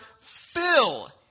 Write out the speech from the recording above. fill